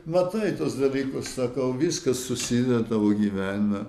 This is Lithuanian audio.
matai tuos dalykus sakau viskas susideda tavo gyvenime